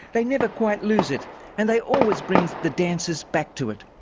they never quite lose it and they always bring the dancers back to it.